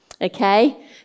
okay